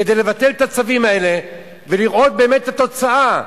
כדי לבטל את הצווים האלה ולראות באמת את התוצאה,